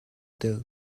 tell